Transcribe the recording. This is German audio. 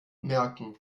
merken